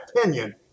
opinion